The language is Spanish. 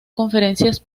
conferencias